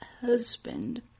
husband